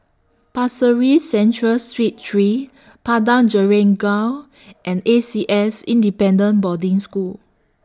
Pasir Ris Central Street three Padang Jeringau and A C S Independent Boarding School